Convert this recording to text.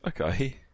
Okay